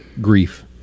grief